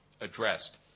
addressed